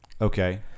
okay